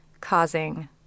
causing